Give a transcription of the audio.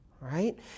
Right